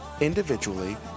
individually